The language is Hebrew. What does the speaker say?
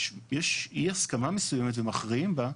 יש אי הסכמה מסוימת ומכריעים בה,